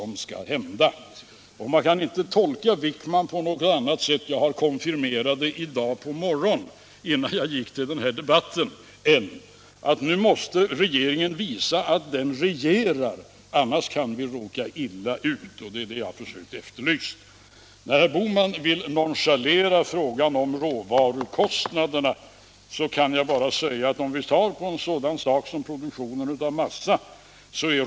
Man kan inte tolka Wickman på något annat sätt — jag har fått det konfirmerat i dag på morgonen, innan jag gick till den här debatten — än att regeringen nu måste visa att den regerar, annars kan vi råka illa ut. Det jag har försökt efterlysa är just att regeringen skall visa detta. När herr Bohman vill nonchalera frågan om råvarukostnaderna kan jag bara nämna en sådan sak som produktionerna av massa.